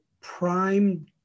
prime